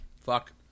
Fuck